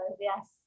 yes